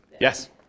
Yes